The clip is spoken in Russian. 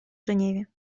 женеве